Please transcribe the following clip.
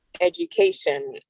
Education